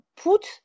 put